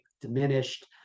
diminished